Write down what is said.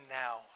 now